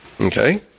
Okay